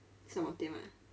some of them ah